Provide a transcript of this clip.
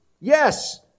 Yes